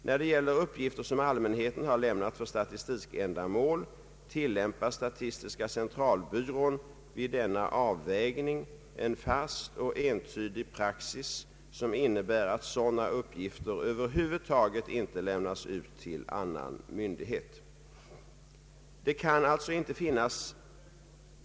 När det gäller uppgifter som allmänheten har lämnat för statistikändamål tillämpar statistiska centralbyrån vid denna avvägning en fast och entydig praxis, som innebär att sådana uppgifter över huvud taget inte lämnas ut till annan myndighet.